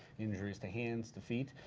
injuries to hands, to feet.